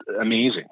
amazing